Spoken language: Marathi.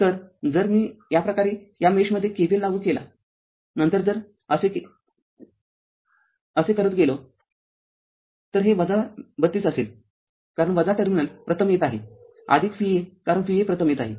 तरजर मी याप्रकारे या मेषमध्ये KVL लागू केला नंतर जर असे गेलो तर हे ३२ असेल कारण टर्मिनल प्रथम येत आहे Va कारण Va प्रथम येत आहे